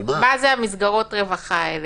מה זה מסגרות הרווחה האלה?